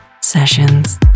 Sessions